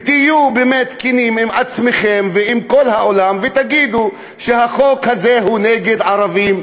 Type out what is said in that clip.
ותהיו באמת כנים עם עצמכם ועם כל העולם ותגידו שהחוק הזה הוא נגד ערבים,